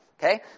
Okay